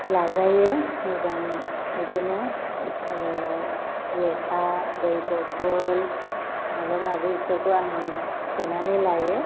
लाजायो मोजां बिदिनो लेखा दै बटल माबा माबिफोरखौ आं सोनानै लायो